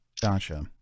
gotcha